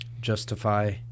Justify